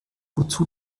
wozu